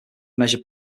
measure